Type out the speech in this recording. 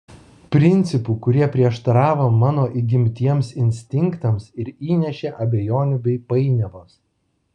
principų kurie prieštaravo mano įgimtiems instinktams ir įnešė abejonių bei painiavos